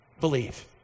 believe